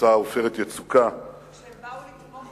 מבצע "עופרת יצוקה" כשהם באו לתמוך בנו?